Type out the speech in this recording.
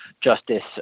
justice